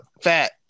fat